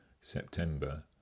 September